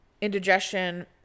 indigestion